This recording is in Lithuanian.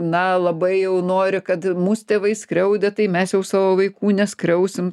na labai jau nori kad mus tėvai skriaudė tai mes jau savo vaikų neskriausim